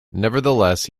nevertheless